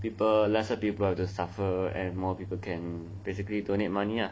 people lesser people have to suffer and more people can basically donate money ah